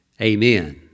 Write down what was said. Amen